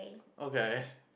okay